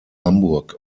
hamburg